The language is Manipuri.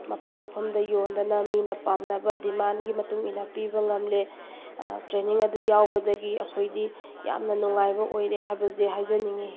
ꯃꯐꯝ ꯃꯐꯝꯗ ꯌꯣꯟꯗꯅ ꯃꯤꯅ ꯄꯥꯝꯅꯕ ꯗꯤꯃꯥꯟꯒꯤ ꯃꯇꯨꯡ ꯏꯟꯅ ꯄꯤꯕ ꯉꯝꯂꯦ ꯇ꯭ꯔꯦꯅꯤꯡ ꯑꯗꯨ ꯌꯥꯎꯕꯗꯒꯤ ꯑꯩꯈꯣꯏꯗꯤ ꯌꯥꯝꯅ ꯅꯨꯡꯉꯥꯏꯕ ꯑꯣꯏꯔꯦ ꯍꯥꯏꯕꯁꯦ ꯍꯥꯏꯖꯅꯤꯡꯉꯤ